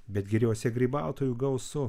bet giriose grybautojų gausu